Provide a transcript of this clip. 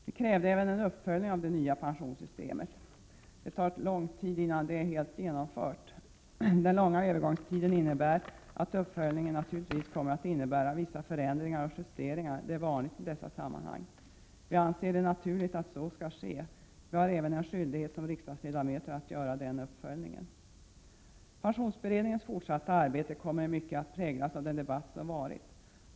Vi krävde även en uppföljning av det nya pensionssystemet. Det tar lång tid innan systemet är helt genomfört. Den långa övergångstiden medför att uppföljningen naturligtvis kommer att innebära vissa förändringar och justeringar — det är vanligt i dessa sammanhang. Vi anser det naturligt att så skall ske — vi som riksdagsledamöter har även en skyldighet att göra den uppföljningen. Pensionsberedningens fortsatta arbete kommer i mycket att präglas av den debatt som varit.